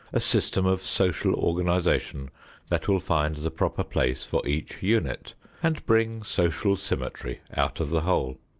a system of social organization that will find the proper place for each unit and bring social symmetry out of the whole.